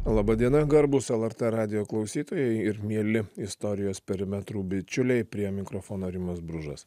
laba diena garbus lrt radijo klausytojai ir mieli istorijos perimetro bičiuliai prie mikrofono rimas bružas